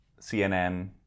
CNN